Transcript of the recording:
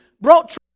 brought